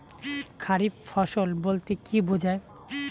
খারিফ ফসল বলতে কী বোঝায়?